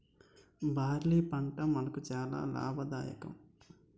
barley పంట మనకు చాలా లాభదాయకం